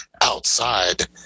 outside